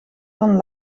van